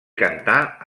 cantà